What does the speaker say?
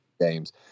games